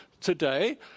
today